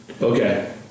okay